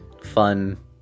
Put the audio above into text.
fun